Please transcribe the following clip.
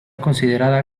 considerada